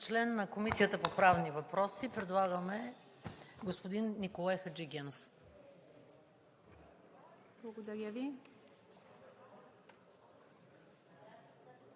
член на Комисията по правни въпроси предлагаме господин Николай Хаджигенов. ПРЕДСЕДАТЕЛ